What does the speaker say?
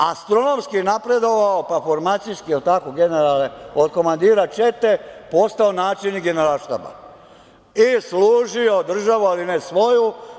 Astronomski je napredovao, pa formacijski, jel tako generale, od komandira čete postao načelnik Generalštaba i služio državu, ali ne svoju.